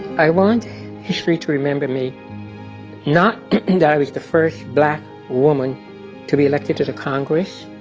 i want history to remember me not that i was the first black woman to be elected to the congress,